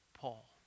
Paul